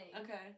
Okay